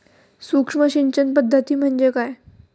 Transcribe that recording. सूक्ष्म सिंचन पद्धती म्हणजे काय?